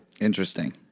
Interesting